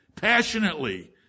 passionately